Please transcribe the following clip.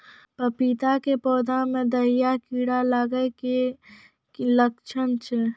पपीता के पौधा मे दहिया कीड़ा लागे के की लक्छण छै?